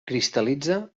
cristal·litza